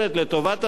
לטובת הציבור,